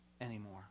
anymore